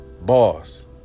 Boss